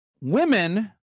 women